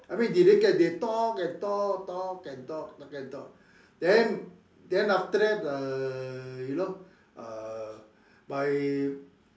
I mean they didn't get they talk and talk talk and talk talk and talk then then after that uh you know err my